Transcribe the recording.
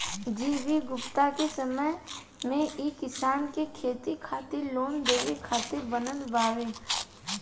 G V Gupta के समय मे ई किसान के खेती खातिर लोन देवे खातिर बनल बावे